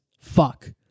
fuck